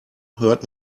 hört